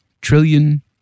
trillion